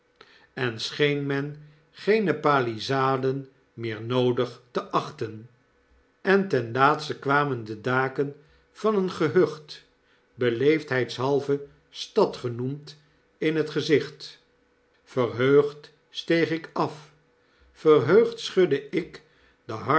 en scheen men geene palissaden meer noodig te achten en ten laatste kwamen de daken van een gehucht beleefdheidshalve stad genoemd in t gezicht verheugd steeg ik af verheugd schudde ik de